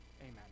Amen